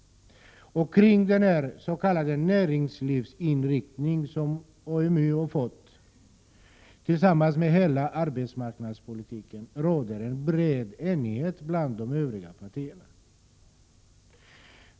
Om denna s.k. näringslivsinriktning som AMU har fått tillsammans med hela arbetsmarknadspolitiken råder en bred enighet bland de övriga partierna.